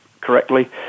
correctly